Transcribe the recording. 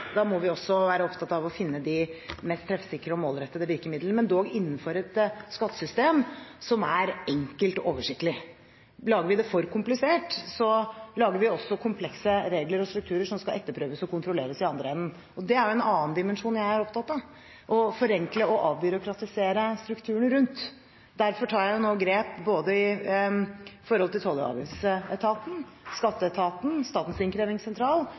Da må vi også være opptatt av å finne de mest treffsikre og målrettede virkemidlene, men dog innenfor et skattesystem som er enkelt og oversiktlig. Lager vi det for komplisert, lager vi også komplekse regler og strukturer som skal etterprøves og kontrolleres i den andre enden. Og det er jo en annen dimensjon jeg er opptatt av: å forenkle og avbyråkratisere strukturen rundt. Derfor tar jeg nå grep både i forhold til toll- og avgiftsetaten, skatteetaten og Statens innkrevingssentral